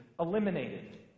eliminated